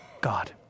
God